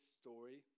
story